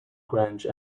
grange